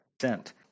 sent